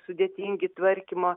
sudėtingi tvarkymo